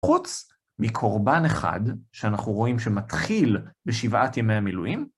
חוץ מקורבן אחד שאנחנו רואים שמתחיל בשבעת ימי המילואים,